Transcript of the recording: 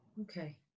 Okay